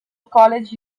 college